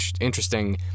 interesting